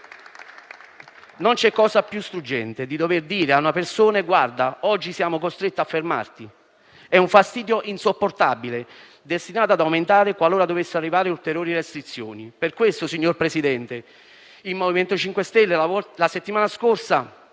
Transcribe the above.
Non c'è cosa più struggente di dover dire a una persona: «Guarda, oggi siamo costretti a fermarti». È un fastidio insopportabile, destinato ad aumentare qualora dovessero arrivare ulteriori restrizioni. Per questo, signor Presidente del Consiglio, il MoVimento 5 Stelle la settimana scorsa